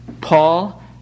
Paul